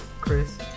Chris